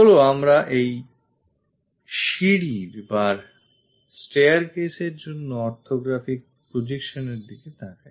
চলো আমরা এই সিঁড়ির বা staircaseএর জন্য অর্থগ্রফিক প্রজেকশন এর দিকে তাকাই